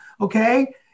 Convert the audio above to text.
okay